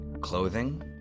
clothing